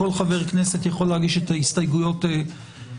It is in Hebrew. כל חבר כנסת יכול להגיש את ההסתייגויות שלו.